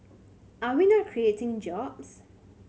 are we not creating jobs